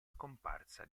scomparsa